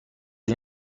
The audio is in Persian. این